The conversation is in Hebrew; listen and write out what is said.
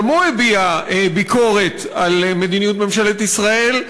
גם הוא הביע ביקורת על מדיניות ממשלת ישראל,